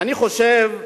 אני חושב,